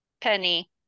Penny